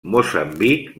moçambic